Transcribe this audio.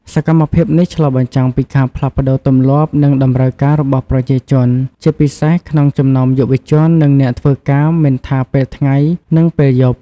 សកម្មភាពនេះឆ្លុះបញ្ចាំងពីការផ្លាស់ប្តូរទម្លាប់ និងតម្រូវការរបស់ប្រជាជន ជាពិសេសក្នុងចំណោមយុវជន និងអ្នកធ្វើការមិនថាពេលថ្ងៃ និងពេលយប់។